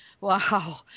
Wow